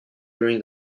during